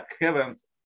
heavens